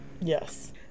Yes